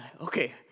Okay